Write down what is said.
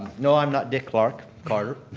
no, i'm not dick clark carter.